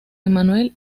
emmanuel